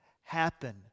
happen